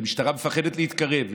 והמשטרה מפחדת להתקרב,